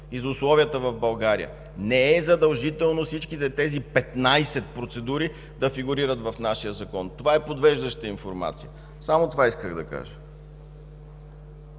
и за условията в България. Не е задължително всичките тези 15 процедури да фигурират в нашия Закон – това е подвеждаща информация. Само това исках да кажа.